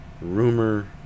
rumor